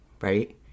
right